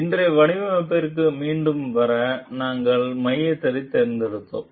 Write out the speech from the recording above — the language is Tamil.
இன்றைய வடிவமைப்பிற்கு மீண்டும் வர நாங்கள் மையத்தைத் தேர்ந்தெடுத்தோம்